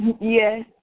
Yes